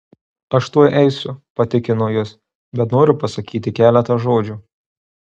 aš tuoj eisiu patikino jis bet noriu pasakyti keletą žodžių